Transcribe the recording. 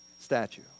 statue